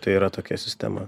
tai yra tokia sistema